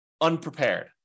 unprepared